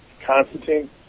Constantine